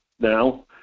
now